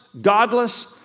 godless